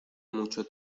mucho